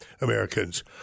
Americans